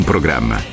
programma